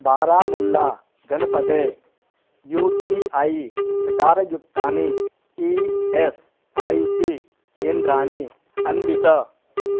बारामुल्ला जनपदे U T I प्रकारयुक्तानि E S I C केन्द्राणि अन्विष